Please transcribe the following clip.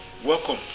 Welcome